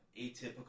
atypical